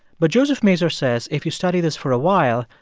but joseph mazur says if you study this for a while,